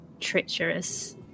treacherous